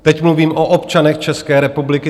Teď mluvím o občanech České republiky.